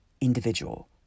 individual